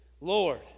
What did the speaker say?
Lord